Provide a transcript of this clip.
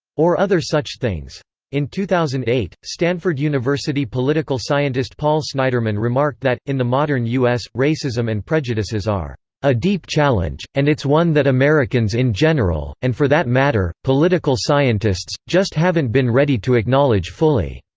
or other such things in two thousand and eight, stanford university political scientist paul sniderman remarked that, in the modern u s, racism and prejudices are a deep challenge, and it's one that americans in general, and for that matter, political scientists, just haven't been ready to acknowledge fully.